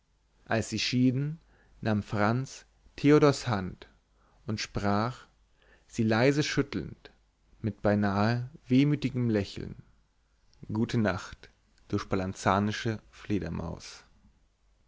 als sie schieden nahm franz theodors hand und sprach sie leise schüttelnd mit beinahe wehmütigem lächeln gute nacht du spalanzanische fledermaus